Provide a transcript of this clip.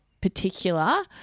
particular